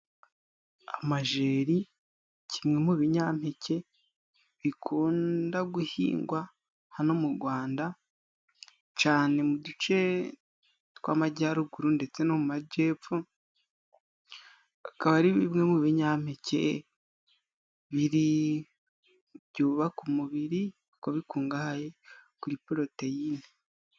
Amajeri kimwe mu binyampeke bikunda guhingwa hano mu Rwanda cane mu duce tw'amajyaruguru ndetse no mu majyepfo. Akaba ari bimwe mu binyampeke biri byubaka umubiri kuko bikungahaye kuri poroteyine.